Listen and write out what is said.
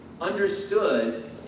understood